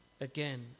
Again